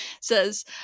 says